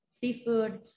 seafood